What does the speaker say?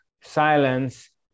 silence